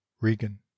regan